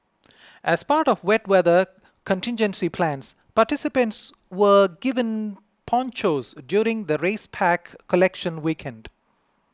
as part of wet weather contingency plans participants were given ponchos during the race pack collection weekend